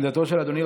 עמדתו של אדוני,